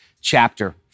chapter